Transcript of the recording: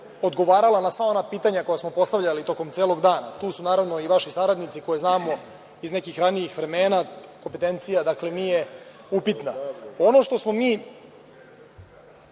odgovarala na sva ona pitanja koja smo postavljali tokom celog dana. Tu su, naravno, i vaši saradnici, koje znamo iz nekih ranijih vremena. Dakle, kompetencija nije upitna. Ono što smo mi